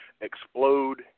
explode